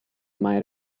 mai